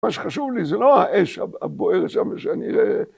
מה שחשוב לי זה לא האש הבוערת שם שאני...